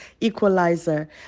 equalizer